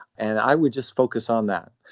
and i would just focus on that.